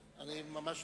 שהוא מכונה סגן שר,